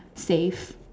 safe